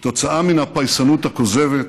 כתוצאה מן הפייסנות הכוזבת,